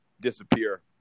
disappear